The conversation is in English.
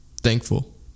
Thankful